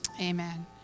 amen